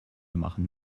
machen